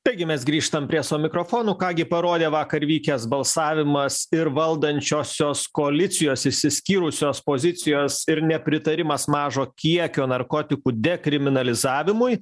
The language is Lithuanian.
taigi mes grįžtam prie savo mikrofonų ką gi parodė vakar vykęs balsavimas ir valdančiosios koalicijos išsiskyrusios pozicijos ir nepritarimas mažo kiekio narkotikų dekriminalizavimui